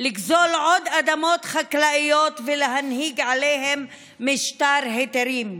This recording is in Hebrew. לגזול עוד אדמות חקלאיות ולהנהיג עליהן משטר היתרים,